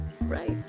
Right